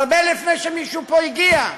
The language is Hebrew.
הרבה לפני שמישהו פה הגיע.